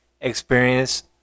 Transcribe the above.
experience